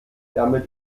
damit